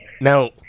Now